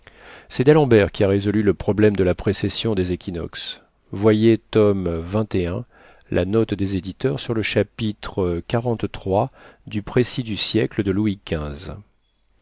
c'est d'alembert qui a résolu le problème de la précession des équinoxes voyez tome xxi la note des éditeurs sur le chapitre xliii du précis du siècle de louis